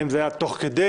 אם זה היה תוך כדי,